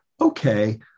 okay